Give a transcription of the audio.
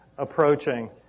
approaching